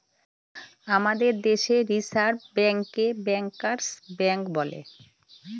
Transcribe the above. আমাদের দেশে রিসার্ভ ব্যাঙ্কে ব্যাঙ্কার্স ব্যাঙ্ক বলে